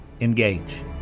Engage